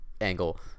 angle